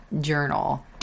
journal